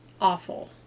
awful